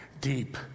deep